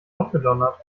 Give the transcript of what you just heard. aufgedonnert